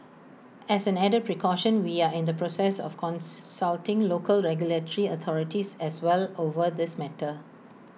as an added precaution we are in the process of consulting local regulatory authorities as well over this matter